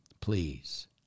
please